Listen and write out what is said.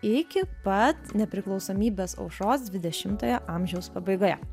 iki pat nepriklausomybės aušros dvidešimtojo amžiaus pabaigoje